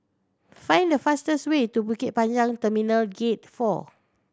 find the fastest way to Pasir Panjang Terminal Gate Four